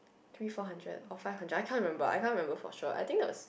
three four hundred or five hundred I cannot remember I cannot remember for sure I think that was